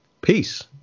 Peace